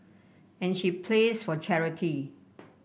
and she plays for charity